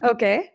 Okay